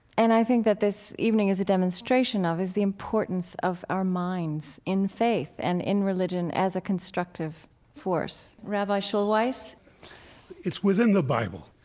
and i think that this evening is a demonstration of it, the importance of our minds in faith and in religion as a constructive force. rabbi schulweis it's within the bible.